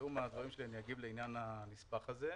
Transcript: בסיום הדברים שלי אגיב לעניין הנספח הזה.